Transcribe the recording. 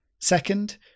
Second